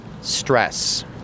stress